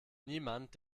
niemand